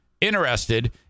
interested